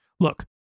Look